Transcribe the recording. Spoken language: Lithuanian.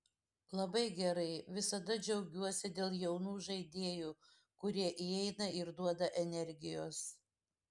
labai gerai visada džiaugiuosi dėl jaunų žaidėjų kurie įeina ir duoda energijos